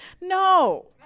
No